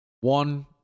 One